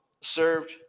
served